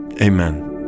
Amen